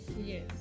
Yes